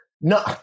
No